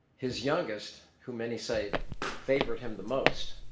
his youngest who many say favored him the most,